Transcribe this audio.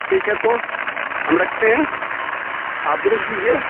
ठीक है तो हम रखते हैं आप भी रख दीजिए